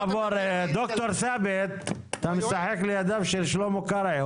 ד"ר ת'אבת, אתה משחק לידיו של שלמה קרעי.